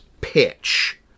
pitch